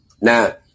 Now